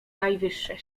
najwyższe